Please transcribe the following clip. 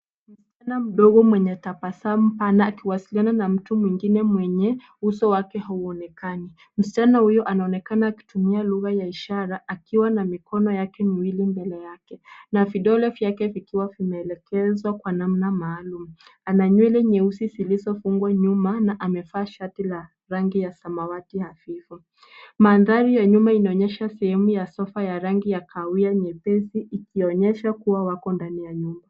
Msichana mdogo mwenye tabasamu pana akiwasiliana na mtu mwingine mwenye, uso wake hauonekani. Msichana huyo anaonekana akitumia lugha ya ishara, akiwa na mikono yake miwili mbele yake, na vidole vyake vikiwa vimeelekezwa kwa namna maalum. Ana nywele nyeusi zilizofungwa nyuma, na amevaa shati la rangi ya samawati hafifu. Mandhari ya nyuma inaonyesha sehemu ya sofa ya rangi ya kahawia nyepesi, ikionyesha kuwa wako ndani ya nyumba.